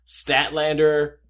Statlander